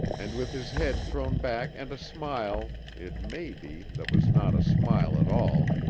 and with his head thrown back and a smile, it may be, that was not a smile at all,